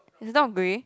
is the dog grey